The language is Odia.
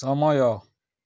ସମୟ